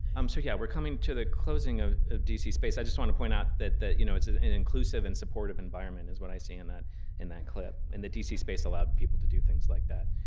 um so yeah, we're coming to the closing of of d c. space. i just want to point out that you know it's it's an inclusive and supportive environment, is what i see in that in that clip, and that d c. space allowed people to do things like that.